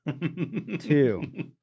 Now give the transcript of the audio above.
two